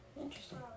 Interesting